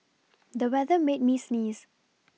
the weather made me sneeze